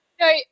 no